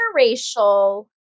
interracial